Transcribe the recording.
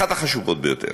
אחת החשובות ביותר